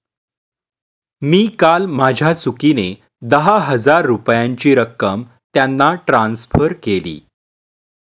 मी काल माझ्या चुकीने दहा हजार रुपयांची रक्कम त्यांना ट्रान्सफर केली